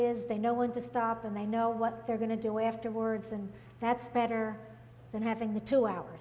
is they know when to stop and they know what they're going to do afterwards and that's better than having the two hours